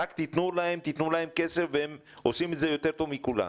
רק תנו להם כסף והם עושים את זה יותר טוב מכולנו.